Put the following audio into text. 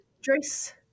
dress